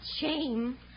Shame